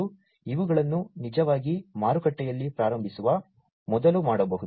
ಮತ್ತು ಇವುಗಳನ್ನು ನಿಜವಾಗಿ ಮಾರುಕಟ್ಟೆಯಲ್ಲಿ ಪ್ರಾರಂಭಿಸುವ ಮೊದಲು ಮಾಡಬಹುದು